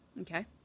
Okay